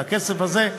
והכסף הזה,